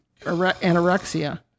anorexia